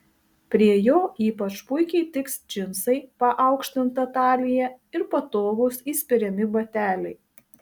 prie jo ypač puikiai tiks džinsai paaukštinta talija ir patogūs įspiriami bateliai